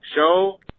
show